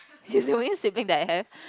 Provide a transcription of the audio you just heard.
he's the only sibling that I have